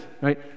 right